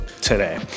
today